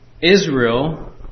Israel